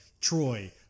Troy